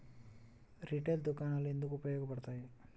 Retail దుకాణాలు ఎందుకు ఉపయోగ పడతాయి?